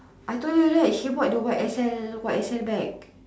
I told you right she bought the Y_S_L Y_S_L bag